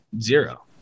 Zero